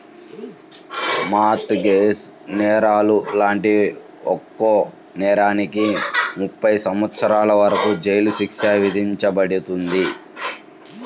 mart gauge నేరాలు లాంటి ఒక్కో నేరానికి ముప్పై సంవత్సరాల వరకు జైలు శిక్ష విధించబడుతుంది